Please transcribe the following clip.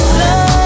love